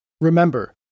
Remember